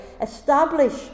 establish